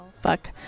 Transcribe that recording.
fuck